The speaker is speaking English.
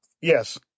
Yes